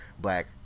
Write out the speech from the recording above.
black